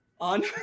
on